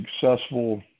successful